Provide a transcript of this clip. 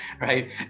right